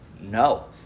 no